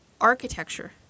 architecture